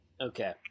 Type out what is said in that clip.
okay